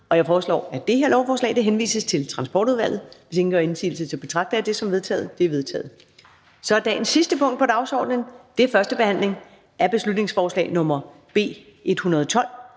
Jeg foreslår, at lovforslaget henvises til Transportudvalget. Hvis ingen gør indsigelse, betragter jeg det som vedtaget. Det er vedtaget. --- Det sidste punkt på dagsordenen er: 2) 1. behandling af beslutningsforslag nr. B 112: